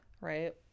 Right